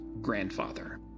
grandfather